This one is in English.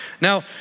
now